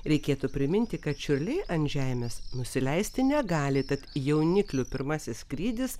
reikėtų priminti kad čiurliai ant žemės nusileisti negali tad jauniklių pirmasis skrydis